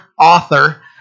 author